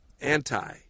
Anti